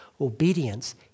Obedience